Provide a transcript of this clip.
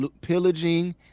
pillaging